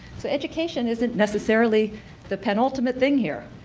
so, education isn't necessarily the penultimate thing here.